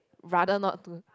rather not to